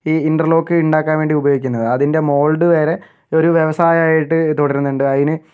ഈ ഇൻ്റർലോക്ക് ഉണ്ടാക്കാൻ വേണ്ടി ഉപയോഗിക്കുന്നത് അതിൻ്റെ മോൾഡ് വേറെ ഒരു വ്യവസായമായിട്ട് തുടരുന്നുണ്ട് അതിന്